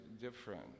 different